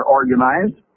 organized